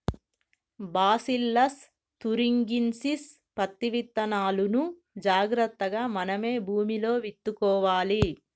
bacillus thuringiensis పత్తి విత్తనాలును జాగ్రత్తగా మనమే భూమిలో విత్తుకోవాలి